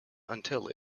until